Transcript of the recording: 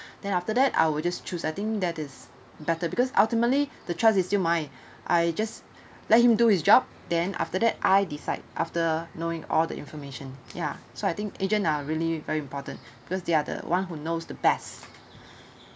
then after that I'll just choose I think that is better because ultimately the charges is still mine I just let him do his job then after that I decide after knowing all the information ya so I think agent are really very important because they are the one who knows the best